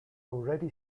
already